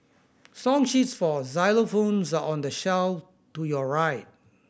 song sheets for xylophones are on the shelf to your right